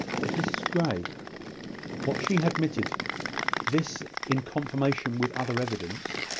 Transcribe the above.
but mrs grey what she admitted this, in confirmation with other evidence,